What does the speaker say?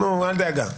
אל דאגה.